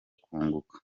kunguka